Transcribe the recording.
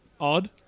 odd